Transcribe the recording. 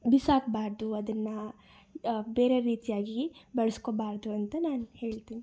ಬಿಸಾಕಬಾರ್ದು ಅದನ್ನು ಬೇರೆ ರೀತಿಯಾಗಿ ಬಳಸ್ಕೋಬಾರ್ದು ಅಂತ ನಾನು ಹೇಳ್ತೀನಿ